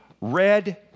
red